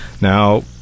Now